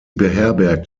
beherbergt